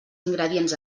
ingredients